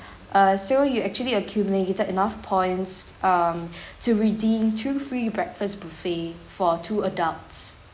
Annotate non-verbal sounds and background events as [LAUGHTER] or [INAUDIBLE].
uh so you actually accumulated enough points um [BREATH] to redeem two free breakfast buffet for two adults